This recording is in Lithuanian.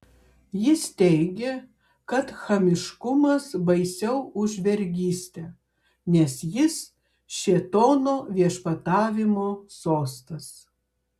jis teigė kad chamiškumas baisiau už vergystę nes jis šėtono viešpatavimo sostas